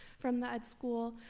from the ed school,